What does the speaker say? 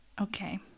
okay